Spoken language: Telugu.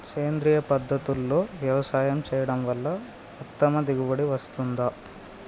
సేంద్రీయ పద్ధతుల్లో వ్యవసాయం చేయడం వల్ల ఉత్తమ దిగుబడి వస్తుందా?